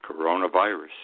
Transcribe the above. coronavirus